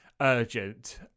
urgent